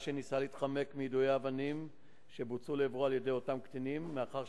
שניסה להתחמק מיידויי האבנים שבוצעו לעברו על-ידי אותם קטינים: מאחר